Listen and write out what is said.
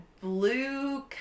blue